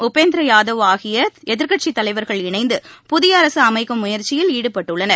உபேந்திர யாதவ் ஆகிய எதிர்க் கட்சித் தலைவர்கள் இணைந்து புதிய அரசு அமைக்கும் முயற்சியில் ஈடுபட்டுள்ளனர்